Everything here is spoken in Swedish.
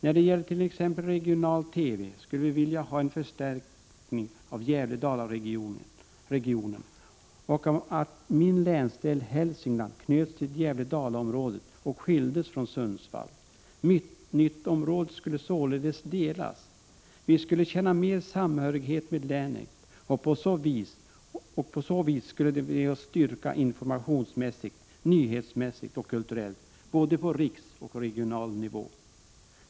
När det gäller t.ex. regional TV skulle vi vilja ha en förstärkning av Gävle-Dala-regionen och att min länsdel Hälsingland knöts till Gävle-Dala-området och skildes från Sundsvall. Mittnyttområdet skulle således delas. Vi skulle känna mer samhörighet med länet på så vis, och det skulle ge en styrka informationsmässigt, nyhetsmässigt och kulturellt, både på riksnivå och på regional nivå.